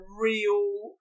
real